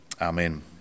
amen